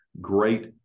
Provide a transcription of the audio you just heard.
great